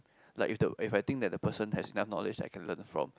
like if the if I think that the person has enough knowledge I can learn from